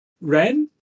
Ren